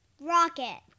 Rocket